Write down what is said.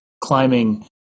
climbing